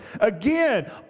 Again